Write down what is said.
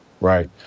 right